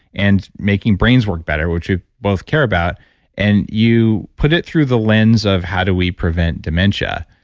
and making brains work better which we both care about and you put it through the lens of, how do we prevent dementia?